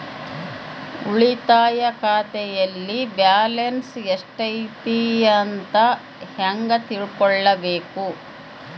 ಉಳಿತಾಯ ಖಾತೆಯಲ್ಲಿ ಬ್ಯಾಲೆನ್ಸ್ ಎಷ್ಟೈತಿ ಅಂತ ಹೆಂಗ ತಿಳ್ಕೊಬೇಕು?